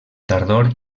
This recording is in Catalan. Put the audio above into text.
tardor